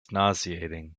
nauseating